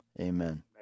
Amen